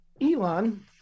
Elon